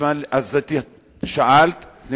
שואלת שר.